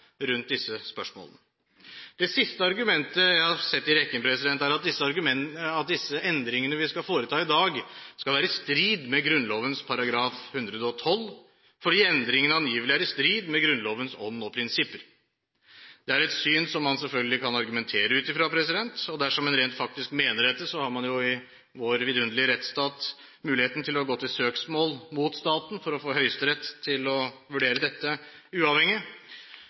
siste argumentet jeg har sett i rekken, er at disse endringene vi skal foreta i dag, skal være i strid med Grunnlovens § 112, fordi endringene angivelig er i strid med Grunnlovens ånd og prinsipper. Det er et syn som man selvfølgelig kan argumentere ut i fra. Dersom man faktisk mener dette, har man jo i vår vidunderlige rettsstat muligheten til å gå til søksmål mot staten for å få Høyesterett til uavhengig å vurdere dette.